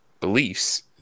beliefs